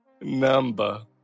Number